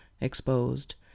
exposed